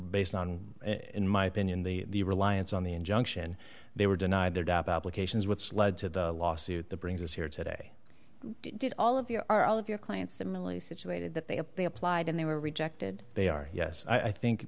based on in my opinion the reliance on the injunction they were denied their job applications what's led to the lawsuit that brings us here today did all of you are all of your clients similar situated that they applied and they were rejected they are yes i think